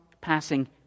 passing